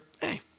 Hey